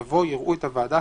יבוא: "יראו את הוועדה